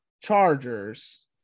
Chargers